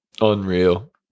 unreal